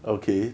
okay